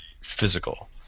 physical